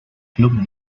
club